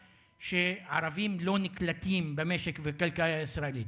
שערבים לא נקלטים במשק ובכלכלה הישראלית.